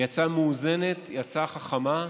היא הצעה מאוזנת, היא הצעה חכמה,